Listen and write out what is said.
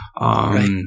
Right